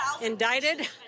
indicted